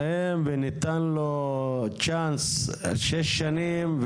הוא הכי מזהם וניתנה לו הזדמנו ת 6 שנים,